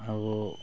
अब